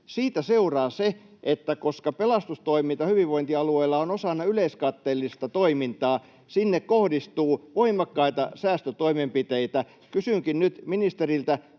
siitä seuraa se, että koska pelastustoiminta hyvinvointialueilla on osana yleiskatteellista toimintaa, sinne kohdistuu voimakkaita säästötoimenpiteitä. Kysynkin nyt ministeriltä: